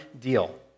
deal